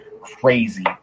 Crazy